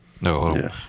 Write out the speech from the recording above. No